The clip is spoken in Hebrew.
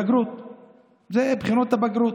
זה בחינות הבגרות.